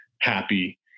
happy